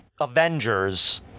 Avengers